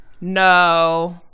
No